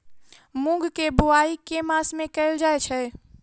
मूँग केँ बोवाई केँ मास मे कैल जाएँ छैय?